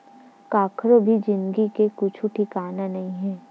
कखरो भी जिनगी के कुछु ठिकाना नइ हे